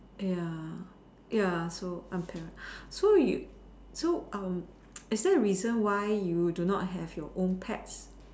ya ya so I'm para so you so um is there a reason why you do not have your own pets